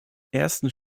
erstens